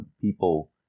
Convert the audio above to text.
People